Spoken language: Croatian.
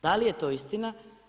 Da li je to istina?